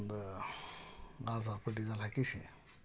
ಒಂದು ಆರು ಸಾವಿರ ರೂಪಾಯಿ ಡೀಝೆಲ್ ಹಾಕಿಸಿ